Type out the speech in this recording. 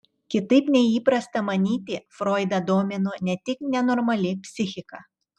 kitaip nei įprasta manyti froidą domino ne tik nenormali psichika